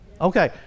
Okay